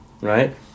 Right